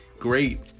Great